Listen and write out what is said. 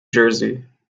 jersey